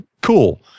Cool